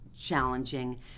challenging